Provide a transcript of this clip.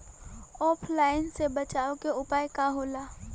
ऑफलाइनसे बचाव के उपाय का होला?